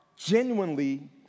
Genuinely